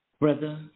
Brother